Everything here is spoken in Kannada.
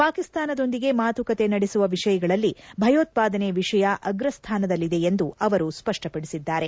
ಪಾಕಿಸ್ತಾನದೊಂದಿಗೆ ಮಾತುಕತೆ ನಡೆಸುವ ವಿಷಯಗಳಲ್ಲಿ ಭಯೋತ್ಪಾದನೆ ವಿಷಯ ಅಗ್ರಸ್ಥಾನದಲ್ಲಿದೆ ಎಂದು ಅವರು ಸ್ಪಷ್ಟಪಡಿಸಿದ್ದಾರೆ